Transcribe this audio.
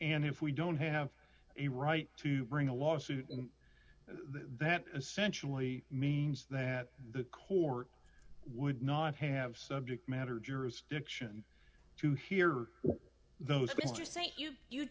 and if we don't have a right to bring a lawsuit that essentially means that the court would not have subject matter jurisdiction to hear those